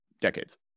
decades